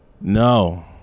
No